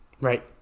right